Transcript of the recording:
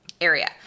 area